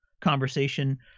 conversation